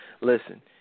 Listen